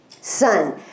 Son